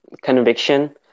conviction